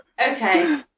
Okay